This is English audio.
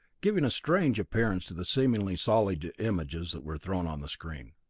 giving a strange appearance to the seemingly solid images that were thrown on the screen.